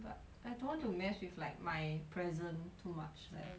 but I don't want to mess with like my present too much leh